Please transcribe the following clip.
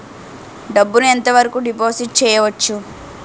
డబ్బు ను ఎంత వరకు డిపాజిట్ చేయవచ్చు?